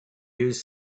use